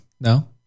no